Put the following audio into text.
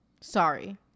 Sorry